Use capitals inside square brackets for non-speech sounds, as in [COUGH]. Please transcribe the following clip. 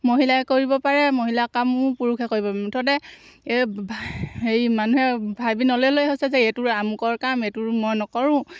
মহিলাই কৰিব পাৰে মহিলাৰ কামো পুৰুষে কৰিব পাৰে মুঠতে এই [UNINTELLIGIBLE] হেৰি মানুহে ভাবি নললেই হৈছে যে এইটো আমুকৰ কাম এইটো মই নকৰোঁ